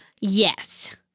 Yes